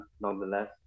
nonetheless